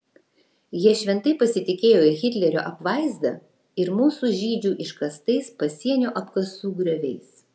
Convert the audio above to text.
jie šventai pasitikėjo hitlerio apvaizda ir mūsų žydžių iškastais pasienio apkasų grioviais